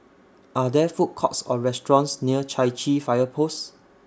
Are There Food Courts Or restaurants near Chai Chee Fire Post